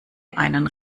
einen